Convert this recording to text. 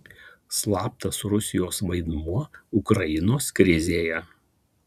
slaptas rusijos vaidmuo ukrainos krizėje